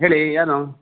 ಹೇಳಿ ಏನು